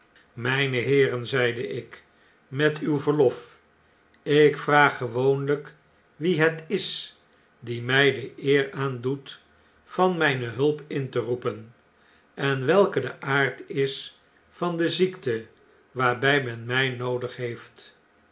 jne heeren zeide ik met uw verlof ik vraag gewoonljjk wie het is die niij de eer aandoet van mgne hulp in te roepen en welke de aard is van de ziekte waarbg men mii noodig heeft